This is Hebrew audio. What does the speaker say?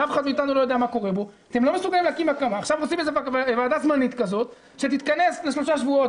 עכשיו הם עושים ועדה זמנית כזאת שתתכנס לשלושה שבועות.